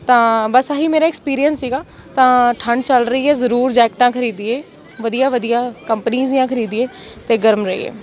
ਤਾਂ ਬਸ ਆਹੀ ਮੇਰਾ ਐਕਸਪੀਰੀਅੰਸ ਸੀਗਾ ਤਾਂ ਠੰਡ ਚੱਲ ਰਹੀ ਹੈ ਜ਼ਰੂਰ ਜੈਕਟਾਂ ਖਰੀਦੀਏ ਵਧੀਆ ਵਧੀਆ ਕੰਪਨੀਜ਼ ਦੀਆਂ ਖਰੀਦੀਏ ਅਤੇ ਗਰਮ ਰਹੀਏ